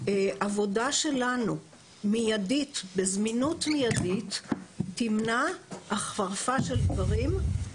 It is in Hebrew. העבודה שלנו בזמינות מיידית תמנע החרפה של דברים,